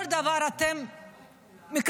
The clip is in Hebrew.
כל דבר אתם מקלקלים.